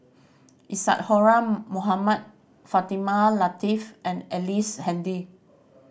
Isadhora Mohamed Fatimah Lateef and Ellice Handy